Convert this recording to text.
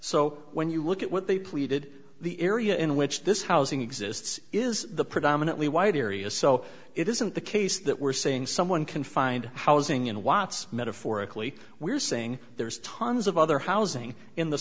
so when you look at what they pleaded the area in which this housing exists is the predominantly white area so it isn't the case that we're saying someone can find housing in watts metaphorically we're saying there's tons of other housing in the